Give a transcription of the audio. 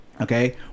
Okay